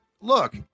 look